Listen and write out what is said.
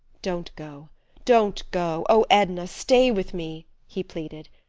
don't go don't go! oh! edna, stay with me, he pleaded.